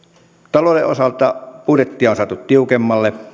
talouden osalta budjettia on saatu tiukemmalle